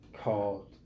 called